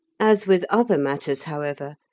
as with other matters, however,